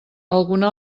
alguna